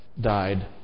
died